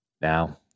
Now